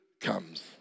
comes